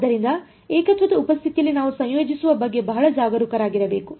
ಆದ್ದರಿಂದ ಏಕತ್ವದ ಉಪಸ್ಥಿತಿಯಲ್ಲಿ ನಾವು ಸಂಯೋಜಿಸುವ ಬಗ್ಗೆ ಬಹಳ ಜಾಗರೂಕರಾಗಿರಬೇಕು